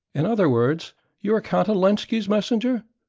in other words you are count olenski's messenger?